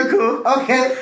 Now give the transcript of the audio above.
okay